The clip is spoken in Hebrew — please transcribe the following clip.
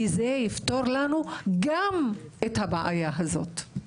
כי זה יפתור לנו גם את הבעיה הזאת.